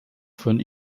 von